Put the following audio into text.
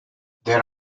there